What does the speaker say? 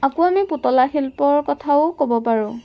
আকৌ আমি পুতলা শিল্পৰ কথাও ক'ব পাৰোঁ